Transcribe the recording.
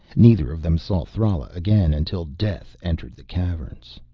neither of them saw thrala again until death entered the caverns.